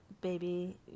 baby